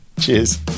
Cheers